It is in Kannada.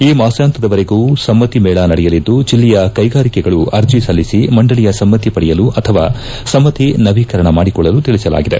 ಈ ಮಾಸಾಂತ್ಲದವರೆಗೂ ಸಮ್ನತಿ ಮೇಳ ನಡೆಯಲಿದ್ದು ಜಲ್ಲೆಯ ಕೈಗಾರಿಕೆಗಳು ಅರ್ಜ ಸಲ್ಲಿಸಿ ಮಂಡಳಿಯ ಸಮ್ಮತಿ ಪಡೆಯಲು ಅಥವಾ ಸಮ್ಮತಿ ನವೀಕರಣ ಮಾಡಿಕೊಳ್ಳಲು ತಿಳಿಸಲಾಗಿದೆ